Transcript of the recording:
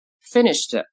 Finished